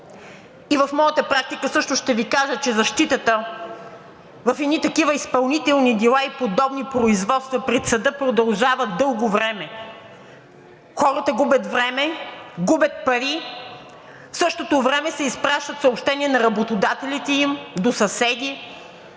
В моята практика също ще Ви кажа, че защитата в едни такива изпълнителни дела и подобни производство пред съда продължават дълго време. Хората губят време, губят пари. В същото време се изпращат съобщения на работодателите им, до съседи